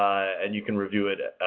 and you can review it at